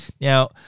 Now